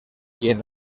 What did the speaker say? quien